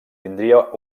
tindria